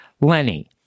Lenny